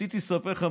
רציתי לספר לך,